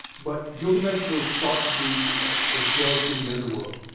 but gilgamesh was thought to be a judge in the underworld.